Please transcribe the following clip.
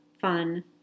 fun